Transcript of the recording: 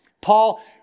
Paul